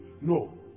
No